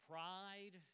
Pride